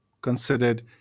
considered